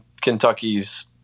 Kentucky's